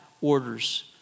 orders